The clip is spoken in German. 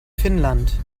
finnland